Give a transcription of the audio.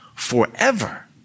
forever